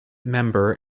member